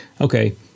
Okay